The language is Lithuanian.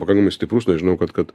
pakankamai stiprus nežinau kad kad